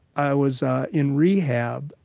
i was in rehab,